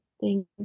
Thank